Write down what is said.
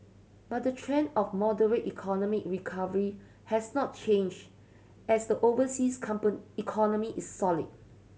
but the trend of moderate economic recovery has not changed as the overseas economy is solid